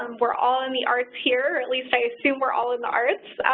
um we're all in the arts here. at least, i assume we're all in the arts.